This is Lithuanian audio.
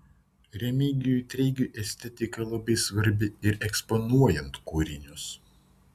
remigijui treigiui estetika labai svarbi ir eksponuojant kūrinius